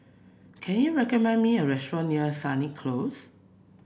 can you recommend me a restaurant near Sennett Close